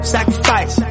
Sacrifice